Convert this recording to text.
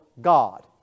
God